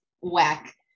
whack